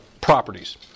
properties